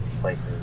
places